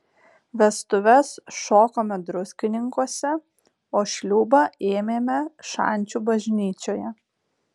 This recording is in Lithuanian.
vestuves šokome druskininkuose o šliūbą ėmėme šančių bažnyčioje